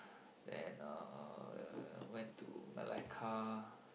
and uh went to Melaka